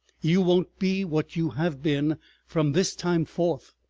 you won't be what you have been from this time forth.